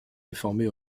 réformée